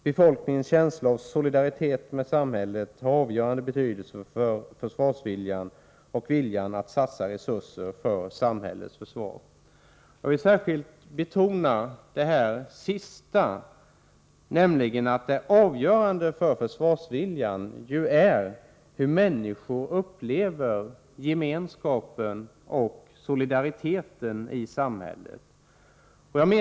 Befolkningens känsla av solidaritet med samhället har avgörande betydelse för försvarsviljan och viljan att satsa resurser för samhällets försvar.” Jag vill särskilt betona det sista, nämligen att det avgörande för försvarsviljan är hur människor upplever gemenskapen och solidariteten i samhället.